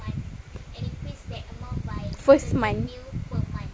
first month